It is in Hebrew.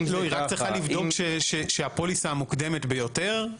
היא רק צריכה לבדוק שהפוליסה המוקדמת ביותר,